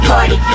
Party